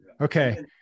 okay